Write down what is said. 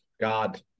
God